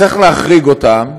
צריך להחריג אותם,